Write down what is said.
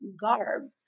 garb